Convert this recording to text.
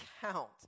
count